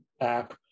app